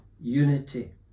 unity